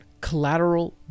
collateral